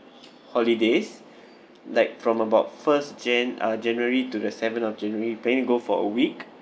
holidays like from about first jan uh january to the seventh of january planning to go for a week